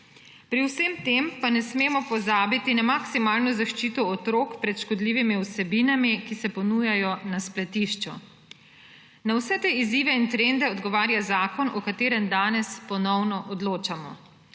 Pri vsem tem pa ne smemo pozabiti na maksimalno zaščito otrok pred škodljivimi vsebinami, ki se ponujajo na spletišču. Na vse te izzive in trende odgovarja zakon, o katerem danes ponovno odločamo.